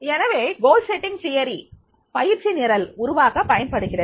எனவே குறிக்கோள் அமைக்கும் கோட்பாடு பயிற்சி நிரல் உருவாக்க பயன்படுகிறது